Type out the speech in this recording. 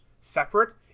separate